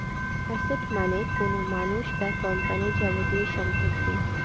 asset মানে কোনো মানুষ বা কোম্পানির যাবতীয় সম্পত্তি